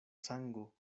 sango